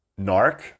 Narc